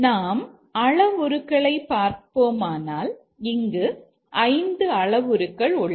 நாம் அளவுருக்களை பார்ப்போமானால் இங்கு 5 அளவுருக்கள் உள்ளன